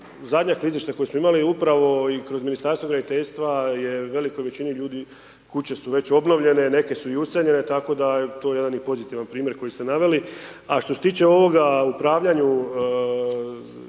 zadnja klizišta koja smo imali upravo i kroz Ministarstvo graditeljstva je velikoj većini ljudi, kuće su već obnovljene, neke su i useljene, tako da to je pozitivan primjer koji ste naveli, a što se tiče ovoga upravljanju